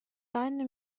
тайна